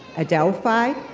adelphi,